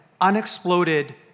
unexploded